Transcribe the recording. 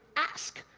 ask.